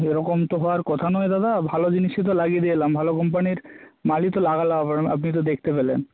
এরকম তো হওয়ার কথা নয় দাদা ভালো জিনিসিই তো লাগিয়ে দিয়ে এলাম ভালো কোম্পানির মালই তো লাগালাম আপনি তো দেখতে পেলেন